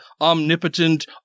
omnipotent